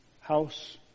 house